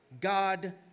God